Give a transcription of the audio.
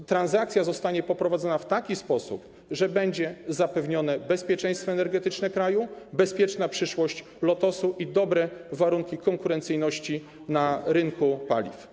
Tu transakcja zostanie poprowadzona w taki sposób, że będzie zapewnione bezpieczeństwo energetyczne kraju, bezpieczna przyszłość Lotosu i dobre warunki konkurencyjności na rynku paliw.